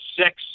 six